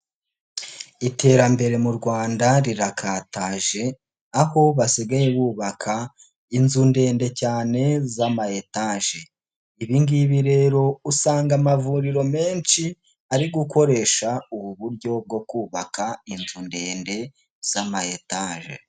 Iterambere mu Rwanda rirakataje, aho basigaye bubaka inzu ndende cyane z'amayetaje. Ibi ngibi rero usanga amavuriro menshi ari gukoresha ubu buryo bwo kubaka inzu ndende z'amayetaje.